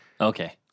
Okay